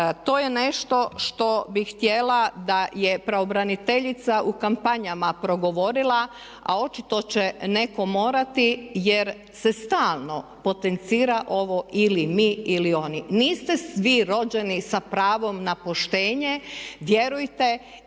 To je nešto što bih htjela da je pravobraniteljica u kampanjama progovorila, a očito će netko morati jer se stalno potencira ovo ili mi ili oni. Niste vi rođeni sa pravom na poštenje, vjerujte